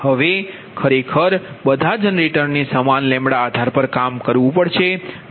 હવે ખરેખર બધા જનરેટરને સમાન λ આધાર પર કામ કરવું પડશે